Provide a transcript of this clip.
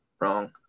wrong